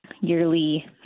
yearly